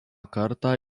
kartą